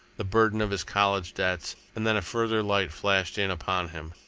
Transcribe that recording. the burden of his college debts. and then a further light flashed in upon him.